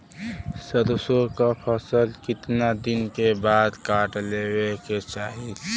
सरसो के फसल कितना दिन के बाद काट लेवे के चाही?